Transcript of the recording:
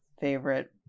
favorite